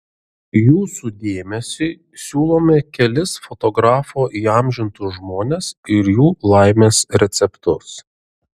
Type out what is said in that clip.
jūsų dėmesiui siūlome kelis fotografo įamžintus žmones ir jų laimės receptus